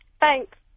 thanks